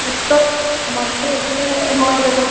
മൊത്തം മൊത്തം എത്ര എമൗണ്ട് വരും